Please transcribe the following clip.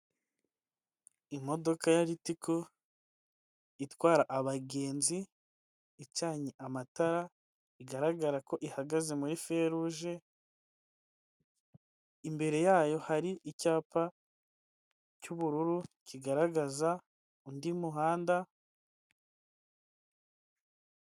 Imodoka ya ritiko itwara abagenzi, icanye amatara bigaragara ko ihagaze muri feruje, imbere yayo hari icyapa cy'ubururu kigaragaza undi muhanda.